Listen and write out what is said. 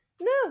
No